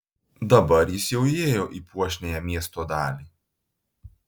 dabar jis jau įėjo į puošniąją miesto dalį